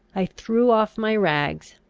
i threw off my rags,